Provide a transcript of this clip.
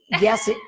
Yes